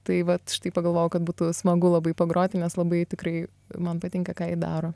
tai vat štai pagalvojau kad būtų smagu labai pagroti nes labai tikrai man patinka ji ką daro